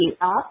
up